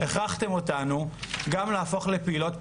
הכרחתם אותנו להפוך גם לפעילות פוליטיות,